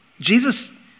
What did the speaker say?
Jesus